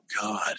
God